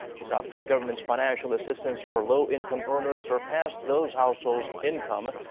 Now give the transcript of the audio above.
the south korean government's financial assistance for low-income earners surpassed those households' income.